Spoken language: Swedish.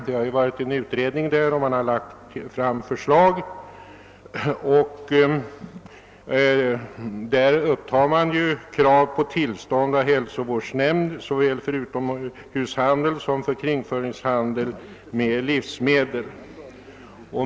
Det har ju pågått en utredning, som har framlagt förslag i frågan, där man upptar krav på tillstånd av hälsovårdsnämnd såväl för utomhushandel som för kringföringshandel med livsmedel.